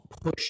push